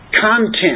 content